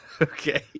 Okay